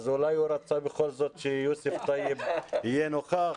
אז אולי הוא רצה בכל זאת שיוסף טייב יהיה נוכח,